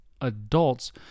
adults